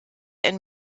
ein